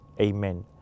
amen